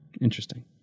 Interesting